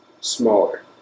smaller